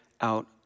out